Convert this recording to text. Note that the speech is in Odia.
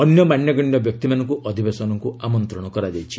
ଅନ୍ୟ ମାନ୍ୟଗଣ୍ୟ ବ୍ୟକ୍ତିମାନଙ୍କୁ ଅଧିବେଶନକୁ ଆମନ୍ତ୍ରଣ କରାଯାଇଛି